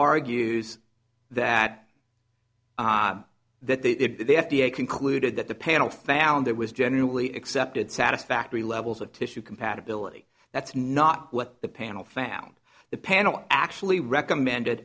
argues that that the f d a concluded that the panel found there was generally accepted satisfactory levels of tissue compatibility that's not what the panel found the panel actually recommended